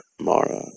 Mara